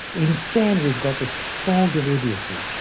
instead we've got this fog of idiocy.